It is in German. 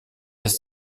ist